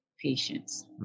patients